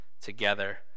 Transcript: together